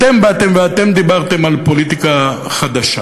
אתם באתם ואתם דיברתם על פוליטיקה חדשה.